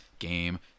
Game